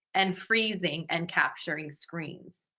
and freezing and capturing screens.